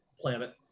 Planet